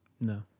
No